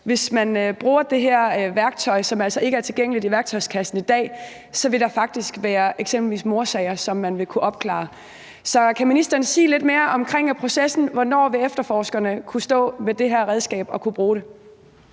hvis man bruger det her værktøj, som altså ikke er tilgængeligt i værktøjskassen i dag, så vil der faktisk være eksempelvis mordsager, som man vil kunne opklare. Så kan ministeren sige lidt mere om processen. Hvornår vil efterforskerne kunne stå med det her redskab og bruge det?